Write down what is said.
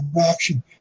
action